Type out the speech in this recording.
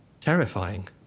Terrifying